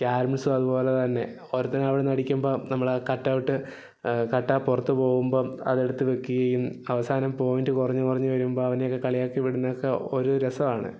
ക്യാരംസും അതുപോലെ തന്നെ ഒരുത്തൻ അവിടെനിന്ന് അടിക്കുമ്പം നമ്മൾ കട്ടൗട്ട് കട്ട പുറത്ത് പോകുമ്പം അത് എടുത്ത് വെക്കുകയും അവസാനം പോയിൻറ്റ് കുറഞ്ഞ് കുറഞ്ഞു വരുമ്പം അവനെയൊക്കെ കളിയാക്കി വിടുന്നതൊക്കെ ഒരു രസമാണ്